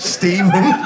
Stephen